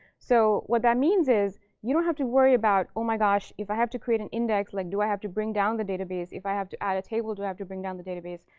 so what that means is you don't have to worry about, oh my gosh, if i have to create an index, like do i have to bring down the database? if i have to add a table, do i have to bring down the database?